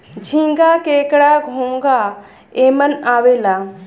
झींगा, केकड़ा, घोंगा एमन आवेला